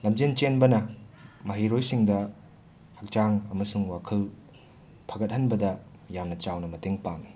ꯂꯝꯖꯦꯟ ꯆꯦꯟꯕꯅ ꯃꯍꯩꯔꯣꯏꯁꯤꯡꯗ ꯍꯛꯆꯥꯡ ꯑꯃꯁꯨꯡ ꯋꯥꯈꯜ ꯐꯒꯠꯍꯟꯕꯗ ꯌꯥꯝꯅ ꯆꯥꯎꯅ ꯃꯇꯦꯡ ꯄꯥꯡꯉꯤ